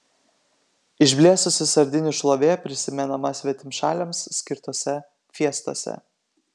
išblėsusi sardinių šlovė prisimenama svetimšaliams skirtose fiestose